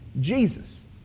Jesus